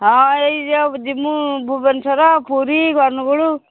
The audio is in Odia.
ହଁ ଏଇ ଯୋଉ ଯିବୁ ଭୁବନେଶ୍ୱର ପୁରୀ ଅନୁଗୁଳ